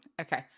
okay